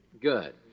Good